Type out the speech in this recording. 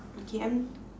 okay I'm